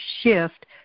shift